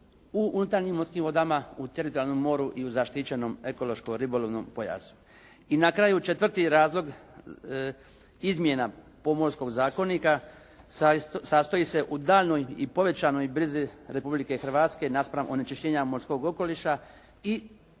u unutarnjim morskim vodama, u teritorijalnom moru i u zaštićenom ekološko-ribolovnom pojasu. I na kraju, četvrti razlog izmjena Pomorskog zakonika sastoji se u daljnjoj i povećanoj brizi Republike Hrvatske naspram onečišćenja morskog okoliša i